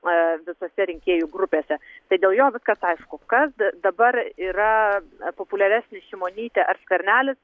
a visose rinkėjų grupėse tai dėl jo viskas aišku kad dabar yra populiaresnis šimonytė ar skvernelis